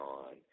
on